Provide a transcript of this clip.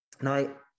now